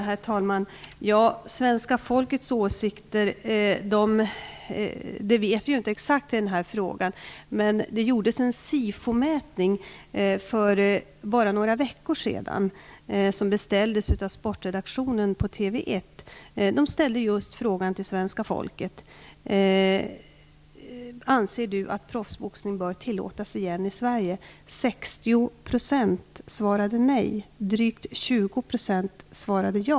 Herr talman! Svenska folkets åsikter känner vi inte till exakt i den här frågan. Det gjordes dock en SIFO mätning för bara några veckor sedan, som beställdes av sportredaktionen på TV 1. Man ställde följande fråga till svenska folket: Anser du att proffsboxning bör tillåtas igen i Sverige?